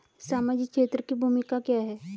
सामाजिक क्षेत्र की भूमिका क्या है?